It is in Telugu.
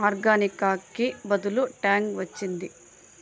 ఆర్గానికాకి బదులు ట్యాంగ్ వచ్చింది